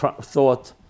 thought